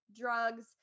drugs